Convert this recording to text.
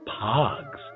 Pogs